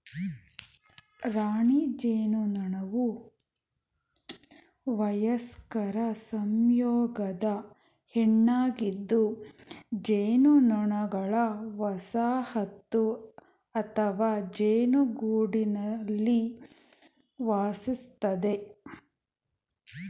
ರಾಣಿ ಜೇನುನೊಣವುವಯಸ್ಕ ಸಂಯೋಗದ ಹೆಣ್ಣಾಗಿದ್ದುಜೇನುನೊಣಗಳವಸಾಹತುಅಥವಾಜೇನುಗೂಡಲ್ಲಿವಾಸಿಸ್ತದೆ